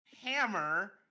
hammer